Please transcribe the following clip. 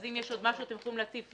אז אם יש עוד משהו אתם יכולים להציף.